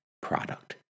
product